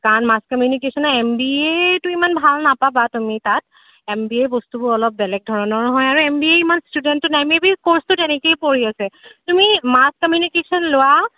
কাৰণ মাচ কমিনিউকেশ্বনৰ M B এটো ইমান ভাল নাপাবা তুমি তাত এম বি এ বস্তুবোৰ অলপ বেলেগ ধৰণৰো হয় আৰু এম বি এ ইমান ষ্টুডেণ্টটো নাই মেবি ক'ৰ্চটো তেনেকৈয়ে পৰি আছে তুমি মাচ কমিনিউকেশ্বন লোৱা